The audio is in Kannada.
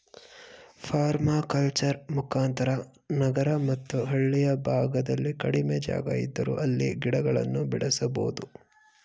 ಪರ್ಮಕಲ್ಚರ್ ಮುಖಾಂತರ ನಗರ ಮತ್ತು ಹಳ್ಳಿಯ ಭಾಗದಲ್ಲಿ ಕಡಿಮೆ ಜಾಗ ಇದ್ದರೂ ಅಲ್ಲಿ ಗಿಡಗಳನ್ನು ಬೆಳೆಸಬೋದು